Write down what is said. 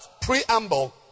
preamble